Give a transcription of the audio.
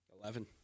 Eleven